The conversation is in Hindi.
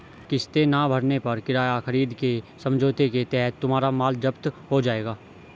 किस्तें ना भरने पर किराया खरीद के समझौते के तहत तुम्हारा माल जप्त हो जाएगा